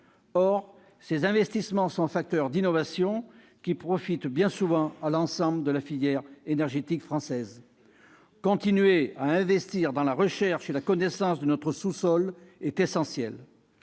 Or ces investissements sont facteurs d'innovations, lesquelles profitent bien souvent à l'ensemble de la filière énergétique française. Continuer à investir dans la recherche et la connaissance de notre sous-sol est essentiel.